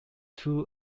two